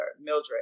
Mildred